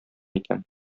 икән